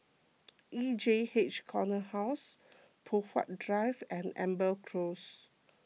E J H Corner House Poh Huat Drive and Amber Close